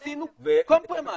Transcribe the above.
עשינו פשרה.